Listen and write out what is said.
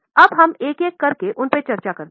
अब हम एक एक करके उन पर चर्चा करते हैं